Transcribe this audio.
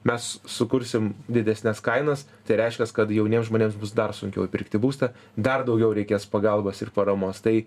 mes sukursim didesnes kainas tai reiškias kad jauniems žmonėms bus dar sunkiau įpirkti būstą dar daugiau reikės pagalbos ir paramos tai